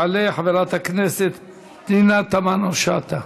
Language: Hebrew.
תעלה חברת הכנסת פנינה תמנו-שטה.